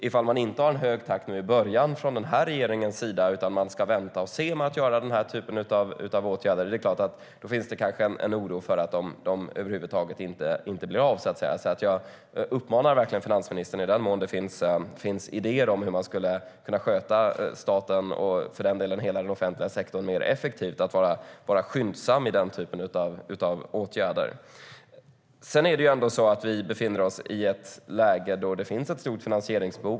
Ifall den nuvarande regeringen inte har hög takt i början utan ska vänta med den typen av åtgärder kan det finnas risk för att åtgärderna inte blir av över huvud taget. Vi befinner oss i ett läge när staten har ett stort finansieringsbehov.